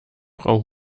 frau